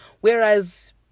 Whereas